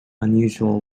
unusual